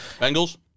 Bengals